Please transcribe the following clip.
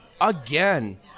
again